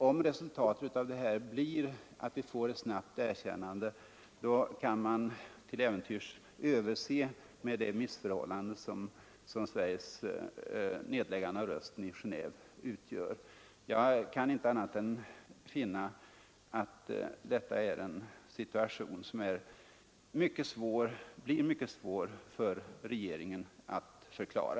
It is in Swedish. Om resultatet nu blir att vi får ett snabbt erkännande, kan man möjligen överse med det missförhållande som Sveriges nedläggande av rösten i Geneve utgör. Annars kan jag inte annat än finna att detta är en situation som blir mycket svår för regeringen att förklara.